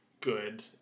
good